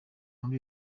muri